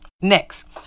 Next